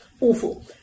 awful